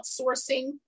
outsourcing